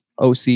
oc